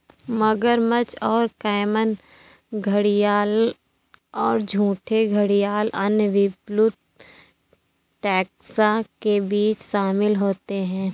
मगरमच्छ और कैमन घड़ियाल और झूठे घड़ियाल अन्य विलुप्त टैक्सा के बीच शामिल होते हैं